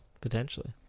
Potentially